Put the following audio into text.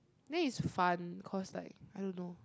then is fun cause like I don't know